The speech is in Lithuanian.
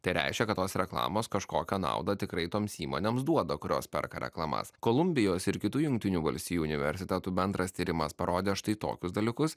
tai reiškia kad tos reklamos kažkokią naudą tikrai toms įmonėms duoda kurios perka reklamas kolumbijos ir kitų jungtinių valstijų universitetų bendras tyrimas parodė štai tokius dalykus